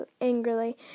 angrily